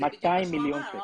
זה מה שהוא אמר,